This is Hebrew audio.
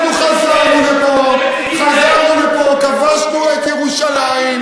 אתם מציתים את האש.